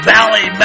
Valley